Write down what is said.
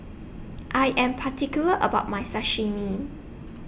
I Am particular about My Sashimi